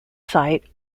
site